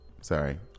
Sorry